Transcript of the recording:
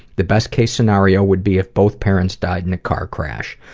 the best case scenario would be if both parents died in a car crash.